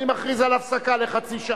אני מכריז על הפסקה לחצי שעה.